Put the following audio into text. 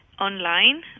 online